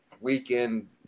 weekend